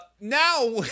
Now